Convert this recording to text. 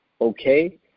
okay